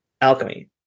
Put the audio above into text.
Alchemy